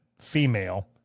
female